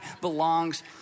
belongs